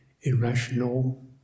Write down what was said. irrational